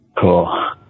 Cool